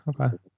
Okay